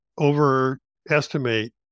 overestimate